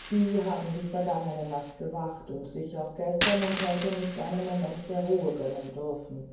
sie haben die vergangene nacht gewacht und sich auch gestern und heute nicht einen moment der ruhe gönnen dürfen